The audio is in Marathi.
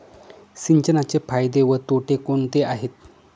सिंचनाचे फायदे व तोटे कोणते आहेत?